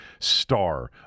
star